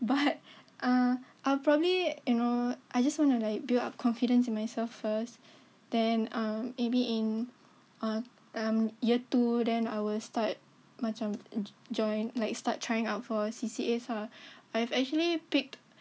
but um I'll probably you know I just want to like build up confidence in myself first then um maybe in uh um year two then I will start macam join like start trying out for C_C_A ah I've actually picked